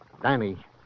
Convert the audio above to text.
Danny